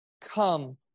come